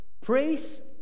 Praise